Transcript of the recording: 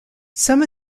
some